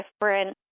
different